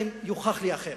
אלא אם יוכח לי אחרת.